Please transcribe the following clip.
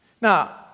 Now